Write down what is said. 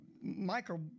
michael